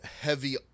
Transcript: heavy